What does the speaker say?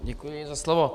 Děkuji za slovo.